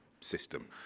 system